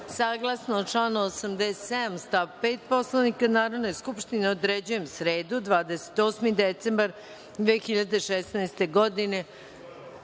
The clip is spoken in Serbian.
saglasno članu 87. stav 5. Poslovnika Narodne skupštine, određujem sredu, 28. decembar 2016. godine,